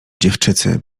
dziewczycy